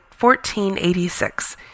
1486